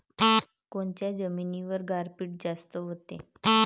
कोनच्या जमिनीवर गारपीट जास्त व्हते?